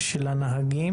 רחוקים.